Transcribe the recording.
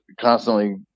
constantly